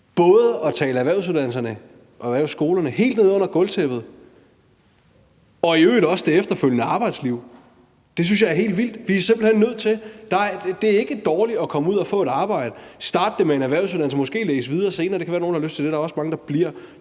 tale både erhvervsuddannelserne og erhvervsskolerne helt ned under gulvtæppet og i øvrigt også det efterfølgende arbejdsliv. Det synes jeg er helt vildt. Nej, det er ikke dårligt at komme ud og få et arbejde og at starte det med en erhvervsuddannelse og måske læse videre senere. Det kan være, at der er nogle, der har lyst til det, og der er også mange, der bliver.